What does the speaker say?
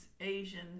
Asians